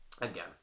again